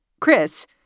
Chris